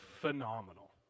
phenomenal